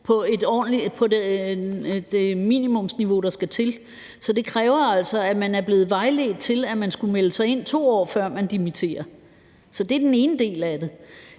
på det minimumsniveau, der skal til. Så det kræver altså, at man er blevet vejledt til, at man skulle melde sig ind, 2 år før man dimitterer. Så det er den ene del af det.